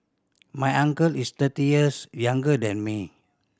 my uncle is thirty years younger than me